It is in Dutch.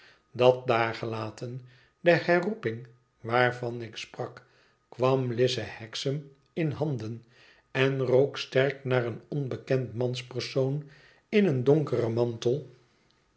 dat daargelaten de herroeping waarvan ik sprak kwam lize hexam in handen en rook sterk naar een onbekend manspersoon in een donkeren mantel